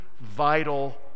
vital